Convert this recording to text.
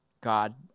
God